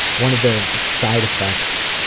one of the side effects,